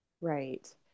Right